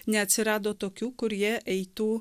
neatsirado tokių kurie eitų